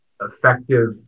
effective